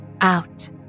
Out